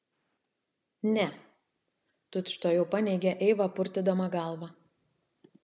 ne tučtuojau paneigė eiva purtydama galvą